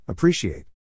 Appreciate